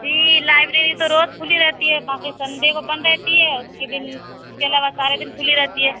جی library تو روز کُھلی رہتی ہے باقی سنڈے کو بند رہتی ہے اسکے دِن اُس کے علاوہ سارے دِن کُھلی رہتی ہے